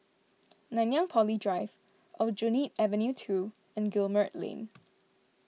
Nanyang Poly Drive Aljunied Avenue two and Guillemard Lane